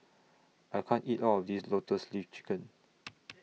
I can't eat All of This Lotus Leaf Chicken